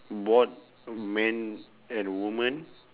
bored man and woman